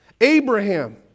Abraham